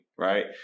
Right